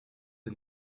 est